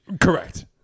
Correct